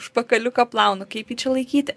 užpakaliuką plaunu kaip jį čia laikyti